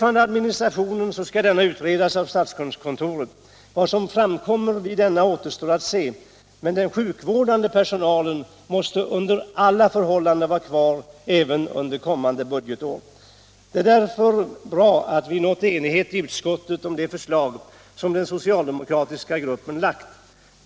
Administrationen skall utredas av statskontoret. Vad som därvid framkommer återstår att se, men den sjukvårdande personalen måste under alla förhållanden vara kvar även under kommande budgetår. Det är därför bra att vi nått enighet i utskottet om det förslag som den socialdemokratiska gruppen lagt.